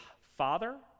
father